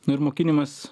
nu ir mokinimas